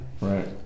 Right